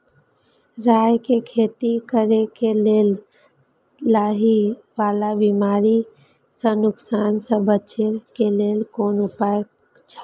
राय के खेती करे के लेल लाहि वाला बिमारी स नुकसान स बचे के लेल कोन उपाय छला?